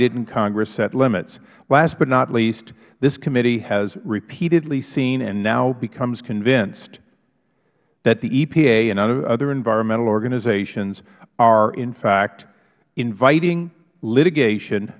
didn't congress set limits last but not least this committee has repeatedly seen and now becomes convinced that the epa and other environmental organizations are in fact inviting litigation